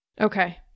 Okay